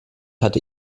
hatte